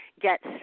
get